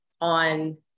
on